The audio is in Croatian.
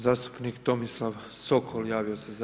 Zastupnik Tomislav Sokol javio se za